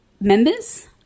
Members